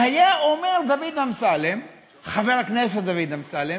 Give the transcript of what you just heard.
היה אומר חבר הכנסת דוד אמסלם,